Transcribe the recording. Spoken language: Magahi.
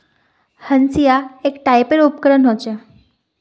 हंसिआ एक टाइपेर उपकरण ह छेक